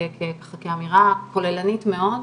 כאמירה כוללנית מאוד,